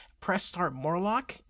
pressstartmorlock